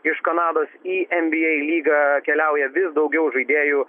iš kanados į enbyei lygą keliauja vis daugiau žaidėjų